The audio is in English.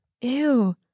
Ew